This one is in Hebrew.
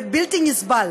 ובלתי נסבל,